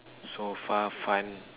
so far fun